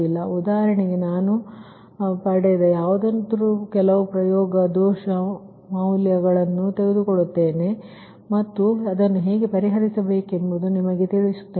ಆದ್ದರಿಂದ ಈ ಉದಾಹರಣೆಗಾಗಿ ನಾನು ಪಡೆದ ಯಾವುದನ್ನಾದರೂ ಕೆಲವು ಪ್ರಯೋಗ ಮತ್ತು ದೋಷ ಮೌಲ್ಯವನ್ನು ತೆಗೆದುಕೊಳ್ಳುತ್ತೇನೆ ಮತ್ತು ಅದನ್ನು ಹೇಗೆ ಪರಿಹರಿಸಬೇಕೆಂದು ನಾನು ನಿಮಗೆ ತಿಳಿಸುತ್ತೇನೆ